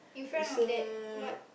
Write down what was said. it's a